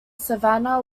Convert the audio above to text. savanna